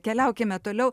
keliaukime toliau